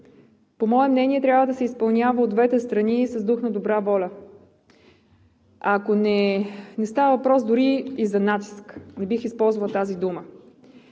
по мое мнение трябва да се изпълнява от двете страни с дух на добра воля. Не става въпрос дори и за натиск, не бих използвала тази дума.